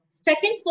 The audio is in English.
Second